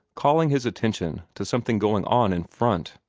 calling his attention to something going on in front.